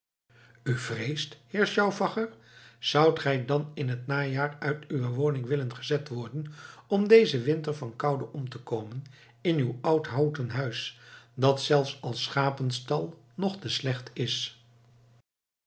vreest heer stauffacher zoudt gij dan in het najaar uit uwe woning willen gezet worden om dezen winter van koude om te komen in uw oud houten huis dat zelfs als schapenstal nog te slecht is